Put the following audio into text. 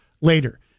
later